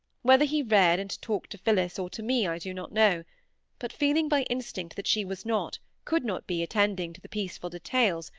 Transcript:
whether he read and talked to phillis, or to me, i do not know but feeling by instinct that she was not, could not be, attending to the peaceful details,